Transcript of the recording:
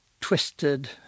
twisted